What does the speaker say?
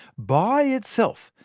by itself,